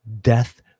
Death